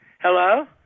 hello